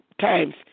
times